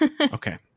okay